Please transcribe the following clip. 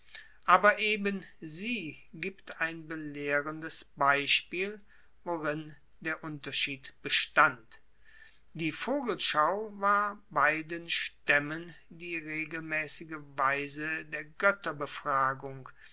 aber eben sie gibt ein belehrendes beispiel worin der unterschied bestand die vogelschau war beiden staemmen die regelmaessige weise der